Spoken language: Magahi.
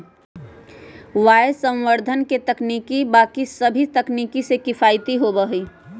वायवसंवर्धन के तकनीक बाकि सभी तकनीक से किफ़ायती होबा हई